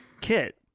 kit